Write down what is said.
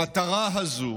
המטרה הזו,